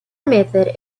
method